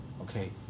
Okay